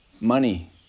money